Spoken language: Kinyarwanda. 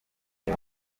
ndi